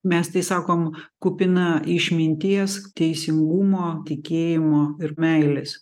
mes tai sakom kupina išminties teisingumo tikėjimo ir meilės